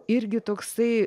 irgi toksai